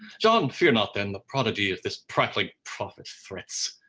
john fear not then the prodigies this prattling prophet threats.